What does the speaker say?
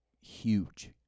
huge